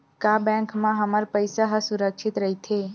का बैंक म हमर पईसा ह सुरक्षित राइथे?